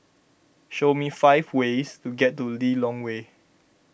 show me five ways to get to Lilongwe